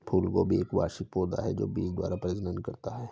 फूलगोभी एक वार्षिक पौधा है जो बीज द्वारा प्रजनन करता है